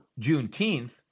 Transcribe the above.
Juneteenth